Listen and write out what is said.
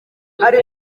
hari